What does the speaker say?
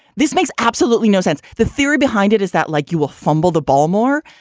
this makes absolutely no sense. the theory behind it is that like you will fumble the ball more,